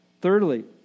Thirdly